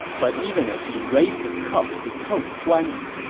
but even as he raised his cup to toast guan yu,